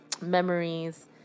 memories